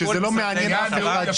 שזה לא מעניין אף אחד שמה.